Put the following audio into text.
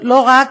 לא רק,